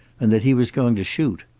and that he was going to shoot.